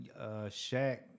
Shaq